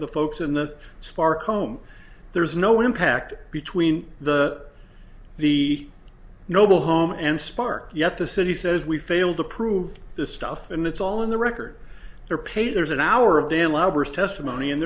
folks in the spark home there's no impact between the the noble home and spark yet the city says we failed to prove this stuff and it's all in the record their pay there's an hour of daylight hours testimony and